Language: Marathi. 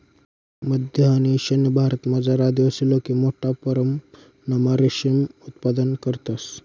मध्य आणि ईशान्य भारतमझार आदिवासी लोके मोठा परमणमा रेशीम उत्पादन करतंस